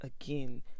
again